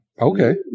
Okay